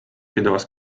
pidevas